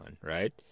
right